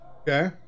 Okay